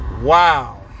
wow